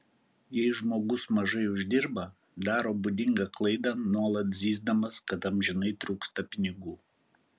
jei žmogus mažai uždirba daro būdingą klaidą nuolat zyzdamas kad amžinai trūksta pinigų